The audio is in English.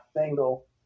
single